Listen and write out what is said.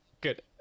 good